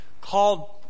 called